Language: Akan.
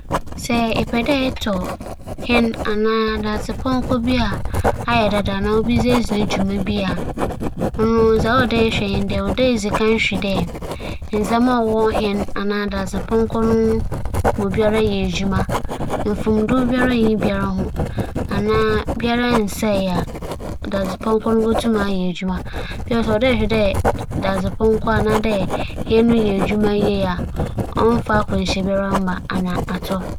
Mennhyɛ da nnyim hɛn no ho akɛdze biara ntsi, sɛ morokͻtͻ bi a obi edzi kan etwuw no pɛn a, dza meyɛ nye dɛ menye mo nua banyin panyin bͻkͻ osiandɛ ͻno oetwuw kaar akyɛr yie ma ͻakɛyɛ fitanyi so pɛn ntsi ͻno na menye no kͻ ma ͻhwehwɛ ma ohu dɛ biribiara ye ana meetum atͻ.